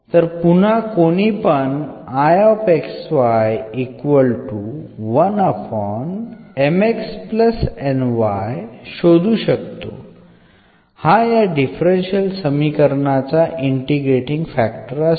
तर पुन्हा कोणीपण शोधू शकतो हा या डिफरन्शियल समीकरणाचा इंटिग्रेटींग फॅक्टर असेल